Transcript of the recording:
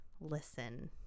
listen